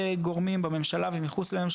הסכום עלה באופן משמעותי מאוד.